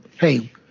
hey